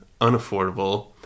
unaffordable